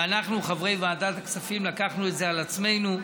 ואנחנו, חברי ועדת הכספים לקחנו את זה על עצמנו.